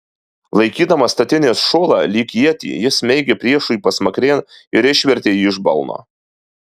laikydamas statinės šulą lyg ietį jis smeigė priešui pasmakrėn ir išvertė jį iš balno